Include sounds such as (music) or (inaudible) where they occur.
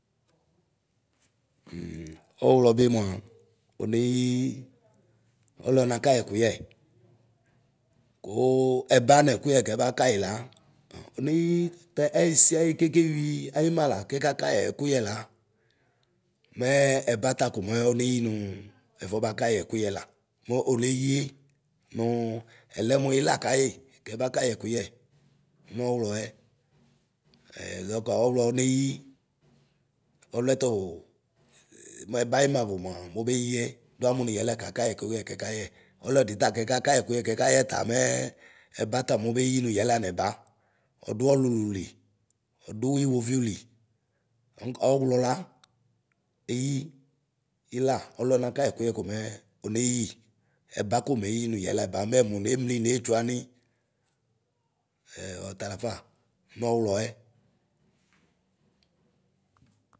(hesitation) Ɔɣlɔ bi mua oneyii ɔlɔɔna kayiɛkuyɛ, kuu ɛba nɛkuyɛ kɛbakayi la, oneyii pɛ ɛyisiayi kékéyui ayuma la kɛka kayi ɛkʋyɛ la, mɛɛ ɛbata komɛ, oneyi nʋa ɛfɔba kayi ɛkʋyɛ la; mɛ oneyie mau ɛlɛmu lakayi kebakayi ɛkuyɛ nɔɣlɔɛ. (hesitation) dɔŋk ɔɣlɔ oneyi ɔlʋɛ tuu muɛbayumavʋ mua mobeyiɛ, duamu nu yɛ lɛkakayi ɛkuyɛ kekayɛ. Ɔlɔɖi ta kɛkakayi ɛkuyɛ kɛkayɛta mɛɛ ɛbata mobeyi nu yɛla nɛba. Ɔduɔlʋlʋ li, ɔdu iwoviu li. Ɔŋk ɔɣlɔ ɩla, eyi ela ɔlɔɔnakayiɛkuyɛ komɛɛ oneyi. Ɛba komɛyi nu yɛ lɛba mému memli netsuani (hesitation) ɔtalafa nɔɣlɔɛ.